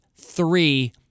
three